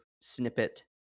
snippet